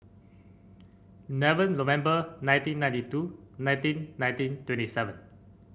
eleven November nineteen ninety two nineteen nineteen twenty seven